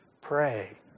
pray